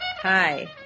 Hi